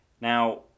Now